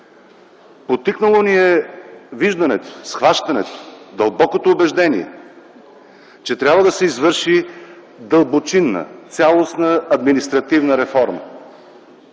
Подтикнало ни е виждането, схващането, дълбокото убеждение, че трябва да се извърши дълбочинна, цялостна административна реформа.